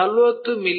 40 ಮಿ